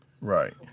Right